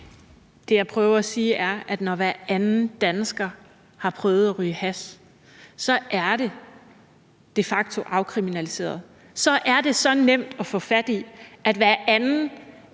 Det, jeg prøver at sige, er, at når hver anden dansker har prøvet at ryge hash, så er det de facto afkriminaliseret. Så er det så nemt at få fat i, at hver anden er